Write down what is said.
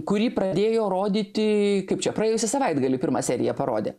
kurį pradėjo rodyti kaip čia praėjusį savaitgalį pirmą seriją parodė